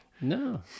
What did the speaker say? No